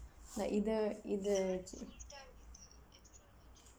like either either